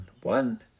One